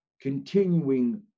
continuing